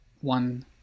one